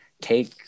take